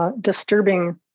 Disturbing